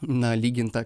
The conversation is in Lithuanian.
na lyginta